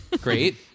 great